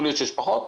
יכול להיות שיש פחות,